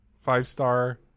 five-star